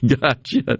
Gotcha